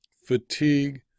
fatigue